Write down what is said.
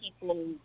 people